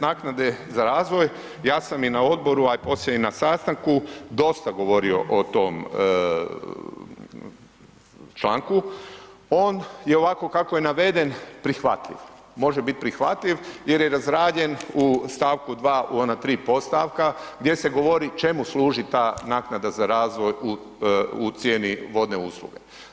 Naknade za razvoj, ja sam i na odboru a i poslije i na sastanku dosta govorio o tom članku, on je ovako kako je naveden prihvatljiv, može biti prihvatljiv jer je razrađen u stavku 2. u ona tri podstavka gdje se govori čemu služi ta naknada za razvoj u cijeni vodne usluge.